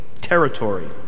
territory